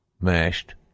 mashed